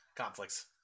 conflicts